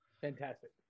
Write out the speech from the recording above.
fantastic